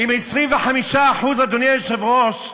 25%, אדוני היושב-ראש,